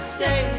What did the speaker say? say